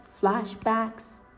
flashbacks